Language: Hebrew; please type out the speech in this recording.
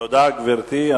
תודה, גברתי.